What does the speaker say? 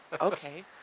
okay